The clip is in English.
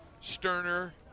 Sterner